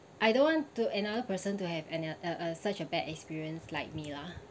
I don't want to another person to have any uh uh such a bad experience like me lah